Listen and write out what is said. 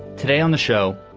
today on the show,